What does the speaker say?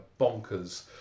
bonkers